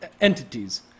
entities